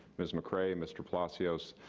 ms. mcrae, mr. palacios.